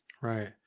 Right